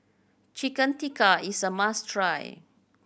Chicken Tikka is a must try